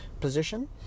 position